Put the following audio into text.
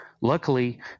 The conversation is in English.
Luckily